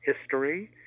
history